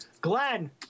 Glenn